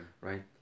Right